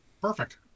Perfect